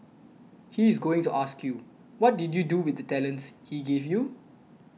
he is going to ask you what did you do with the talents he gave you